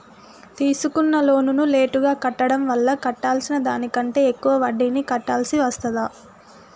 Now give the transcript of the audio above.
తీసుకున్న లోనును లేటుగా కట్టడం వల్ల కట్టాల్సిన దానికంటే ఎక్కువ వడ్డీని కట్టాల్సి వస్తదా?